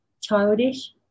childish